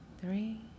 three